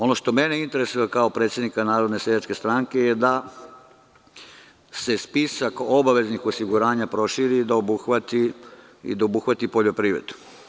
Ono što mene interesuje kao predsednika Narodne seljačke stranke je da se spisak obaveznih osiguranja proširi i da obuhvati poljoprivredu.